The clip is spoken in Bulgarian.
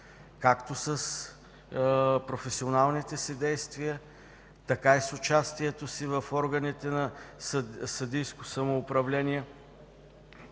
както с професионалните си действия, така и с участието си в органите на съдийско самоуправление,